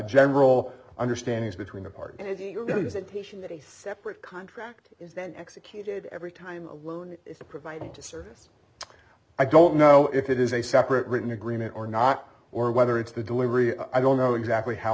general understanding between the part that patient a separate contract is then executed every time a loan is to provide to service i don't know if it is a separate written agreement or not or whether it's the delivery i don't know exactly how